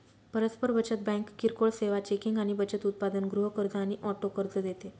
परस्पर बचत बँक किरकोळ सेवा, चेकिंग आणि बचत उत्पादन, गृह कर्ज आणि ऑटो कर्ज देते